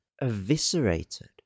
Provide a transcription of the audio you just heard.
eviscerated